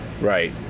Right